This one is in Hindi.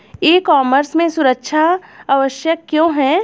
ई कॉमर्स में सुरक्षा आवश्यक क्यों है?